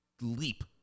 leap